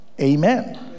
Amen